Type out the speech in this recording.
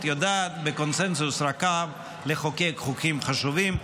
יודעת בקונסנזוס רחב לחוקק חוקים חשובים.